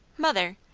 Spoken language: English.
mother!